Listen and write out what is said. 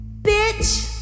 bitch